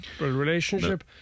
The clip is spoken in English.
relationship